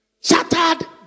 shattered